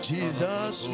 Jesus